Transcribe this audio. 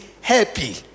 happy